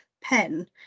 pen